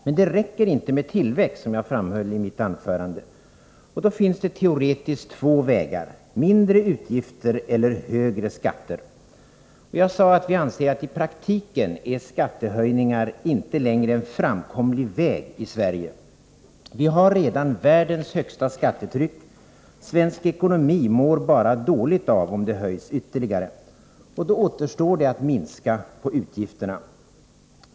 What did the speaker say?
Men som jag framhöll i mitt anförande räcker det inte med tillväxt. Då finns det teoretiskt två vägar: mindre utgifter eller högre skatter. Jag sade att vi anser att skattehöjningar i praktiken inte längre är en framkomlig väg i Sverige. Vi har redan världens högsta skattetryck. Svensk ekonomi mår bara dåligt om skatterna höjs ytterligare. Då återstår det att minska på utgifterna.